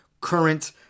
current